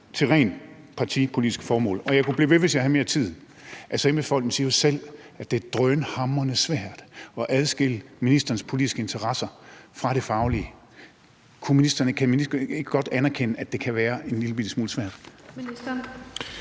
til rent partipolitiske formål, og jeg kunne blive ved, hvis jeg havde mere tid. Altså, embedsfolkene siger jo selv, at det er drønhamrende svært at adskille ministerens politiske interesser fra det faglige. Kan ministeren ikke godt anerkende, at det kan være en lillebitte smule svært?